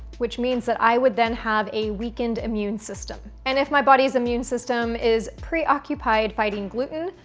which means that i would then have a weakened immune system. and if my body's immune system is pre-occupied fighting gluten,